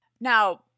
Now